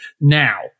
Now